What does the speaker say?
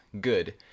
good